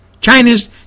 China's